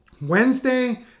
Wednesday